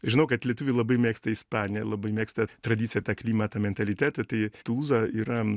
žinau kad lietuviai labai mėgsta ispaniją labai mėgsta tradiciją tą klimatą mentalitetą tai tulūza yra